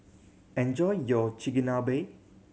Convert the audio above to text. enjoy your Chigenabe